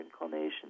inclination